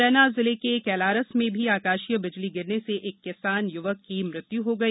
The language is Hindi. म्रैना जिले के कैलारस में भी आकाशीय बिजली गिरने से एक किसान य्वक की मृत्य् हो गई